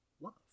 love